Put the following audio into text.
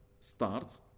starts